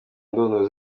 ndunduro